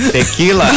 Tequila